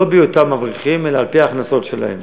לא בהיותם אברכים, אלא על-פי ההכנסות שלהם.